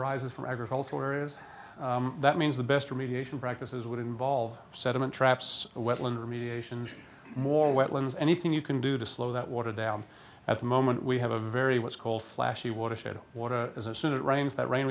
areas that means the best remediation practices would involve sediment traps wetland remediation more wetlands anything you can do to slow that water down at the moment we have a very what's called flashy watershed water soon it rains that rain